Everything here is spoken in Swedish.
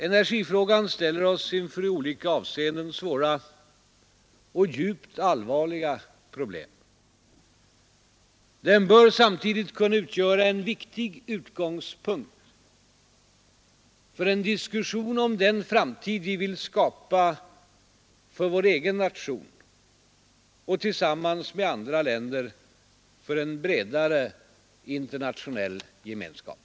Energifrågan ställer oss inför i olika avseenden svåra och djupt allvarliga problem. Den bör samtidigt kunna utgöra en viktig utgångspunkt för en diskussion om den framtid vi vill skapa för vår egen nation och, tillsammans med andra länder, för en bredare internationell gemenskap.